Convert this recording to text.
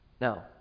Now